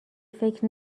فکر